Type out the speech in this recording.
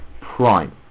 prime